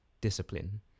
discipline